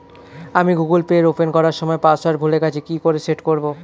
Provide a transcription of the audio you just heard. আমি Google pay open করার সময় পাসওয়ার্ড ভুলে গেছি কি করে সেট করব?